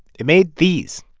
it made these